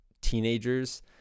teenagers